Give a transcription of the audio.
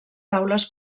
taules